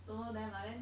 don't know them lah then